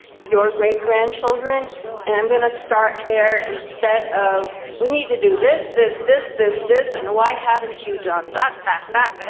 your great-grandchildren and i'm going to start there instead of, we need to do this, this, this, this, this. and why haven't you done but that, that, that?